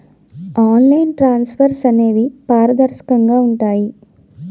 online transfers అనేవి పారదర్శకంగా ఉంటాయి